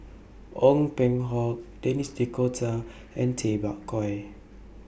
Ong Peng Hock Denis D'Cotta and Tay Bak Koi